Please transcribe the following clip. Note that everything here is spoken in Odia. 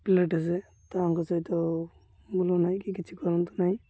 ପ୍ଲେଟ୍ସେ ତାହାଙ୍କ ସହିତ ଭୁଲୁନାହିଁ କି କିଛି କରନ୍ତୁ ନାହିଁ